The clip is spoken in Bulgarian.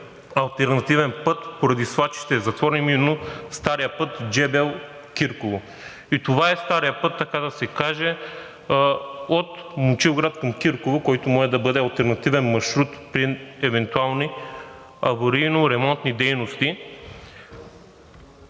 алтернативен път поради свлачище е затворен, а именно старият път Джебел – Кирково. Това е старият път, така да се каже, от Момчилград към Кирково, който може да бъде алтернативен маршрут при евентуални аварийно-ремонтни дейности.